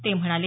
ते म्हणाले